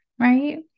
right